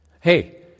Hey